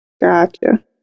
Gotcha